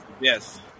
Yes